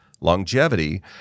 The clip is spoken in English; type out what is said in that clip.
longevity